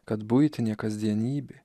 kad buitinė kasdienybė